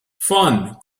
fun